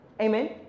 amen